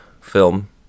film